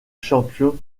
champion